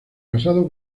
casado